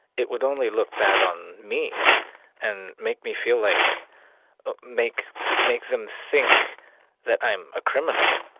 it would only look bad on me and make me feel like make make them think that i'm a criminal.